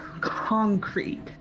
concrete